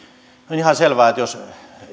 on ihan selvää että jos